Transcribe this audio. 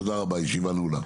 תודה רבה, הישיבה נעולה.